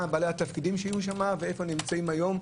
מה בעלי התפקידים שיהיו שם ואיפה נמצאים היום,